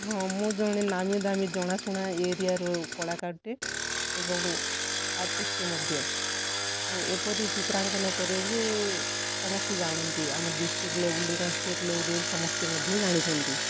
ହଁ ମୁଁ ଜଣେ ନାମୀ ଦାମୀ ଜଣାଶୁଣା ଏରିଆର କଳାକାରଟେ ଏବଂ ଆର୍ଟିଷ୍ଟ୍ ମଧ୍ୟ ମୁଁ ଏପରି ଚିତ୍ରାଙ୍କନ କରେ ଯେ ସମସ୍ତେ ଜାଣନ୍ତି ଆମ ଡିଷ୍ଟ୍ରିକ୍ଟ ଲେବୁଲ୍ରେ କାଇଁ ଷ୍ଟେଟ୍ ଲେବୁଲ୍ରେ ବି ସମସ୍ତେ ମଧ୍ୟ ଜାଣିଛନ୍ତି